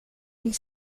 mille